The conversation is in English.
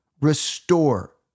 restore